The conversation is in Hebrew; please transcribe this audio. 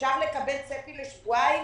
אפשר לקבל צפי לשבועיים?